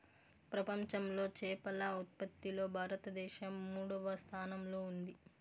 ప్రపంచంలో చేపల ఉత్పత్తిలో భారతదేశం మూడవ స్థానంలో ఉంది